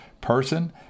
person